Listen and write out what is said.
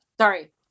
Sorry